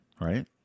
right